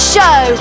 Show